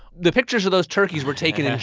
the pictures of those turkeys were taken in